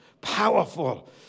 Powerful